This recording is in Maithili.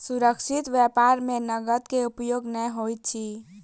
सुरक्षित व्यापार में नकद के उपयोग नै होइत अछि